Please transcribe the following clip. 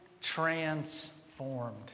Transformed